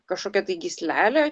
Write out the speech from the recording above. kažkokią gyslelę